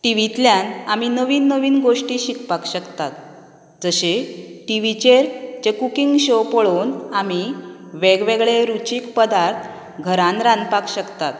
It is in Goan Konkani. टिवींतल्यान आमी नवीन नवीन गोश्टी शिकपाक शकतात जशे टिवीचेर जे कुकींग शो पळोवन आमी वेगवेगळे रुचीक पदार्थ घरान रांदपाक शकतात